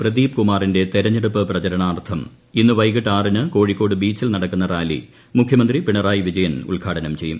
പ്രദീപ് കുമാറിന്റെ തെരഞ്ഞെടുപ്പ് പ്രചരണാർത്ഥം ഇന്ന് വൈകിട്ട് ആറിന് കോഴിക്കോട് ബീച്ചിൽ നടക്കുന്ന റാലി മുഖ്യമന്ത്രി പിണറായി വിജയൻ ഉദ്ഘാടനം ചെയ്യും